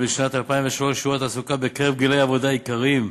בשנת 2003 שיעור התעסוקה בקרב גילאי העבודה העיקריים,